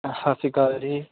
ਸਤਿ ਸ਼੍ਰੀ ਅਕਾਲ ਜੀ